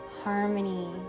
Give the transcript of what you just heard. harmony